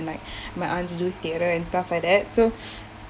like my aunts do theatre and stuff like that so